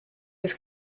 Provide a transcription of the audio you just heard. his